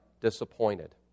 disappointed